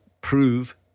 prove